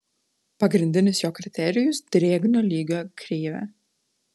pagrindinis jo kriterijus drėgnio lygio kreivė